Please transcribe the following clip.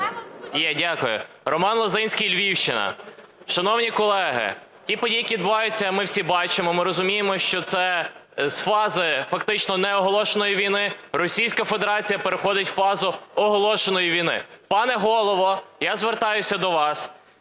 дякую. Роман Лозинський, Львівщина. Шановні колеги, ті події, які відбуваються, ми всі бачимо, ми розуміємо, що це з фази фактично неоголошеної війни Російська Федерація переходить у фазу оголошеної війни. Пане Голово, я звертаюся до вас.